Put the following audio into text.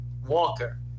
Walker